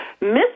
Miss